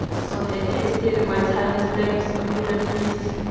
so they tested and my chinese language abilities,